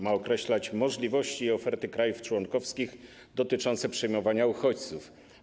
Ma ona określać możliwości i oferty krajów członkowskich dotyczące przyjmowania uchodźców.